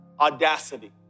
audacity